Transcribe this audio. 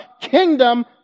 kingdom